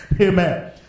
Amen